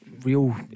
real